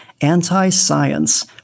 Anti-Science